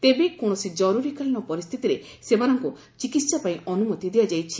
ତେବେ କୌଣସି କରୁରିକାଳୀନ ପରିସ୍ଥିତିରେ ସେମାନଙ୍କୁ ଚିକିହା ପାଇଁ ଅନୁମତି ଦିଆଯାଇଛି